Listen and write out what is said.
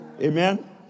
Amen